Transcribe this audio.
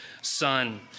son